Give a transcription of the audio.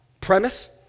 Premise